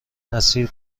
اسیر